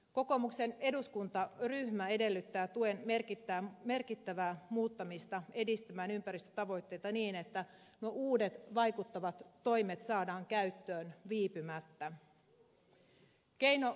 kokoomuksen eduskuntaryhmä edellyttää tuen merkittävää muuttamista edistämään ympäristötavoitteita niin että uudet vaikuttavat toimet saadaan käyttöön viipymättä